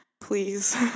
Please